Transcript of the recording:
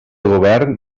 govern